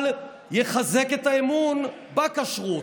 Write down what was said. אבל יחזק את האמון בכשרות.